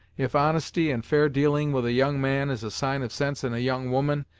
if honesty and fair dealing with a young man is a sign of sense in a young woman,